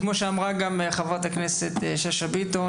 וכמו שאמרה חברת הכנסת שאשא ביטון